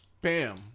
bam